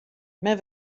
men